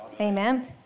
Amen